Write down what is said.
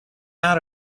out